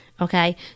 okay